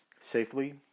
safely